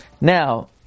Now